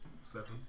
Seven